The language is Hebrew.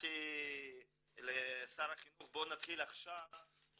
הצעתי לשר החינוך להתחיל עכשיו,